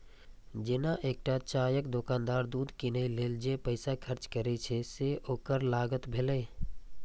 जेना एकटा चायक दोकानदार दूध कीनै लेल जे पैसा खर्च करै छै, से ओकर लागत भेलै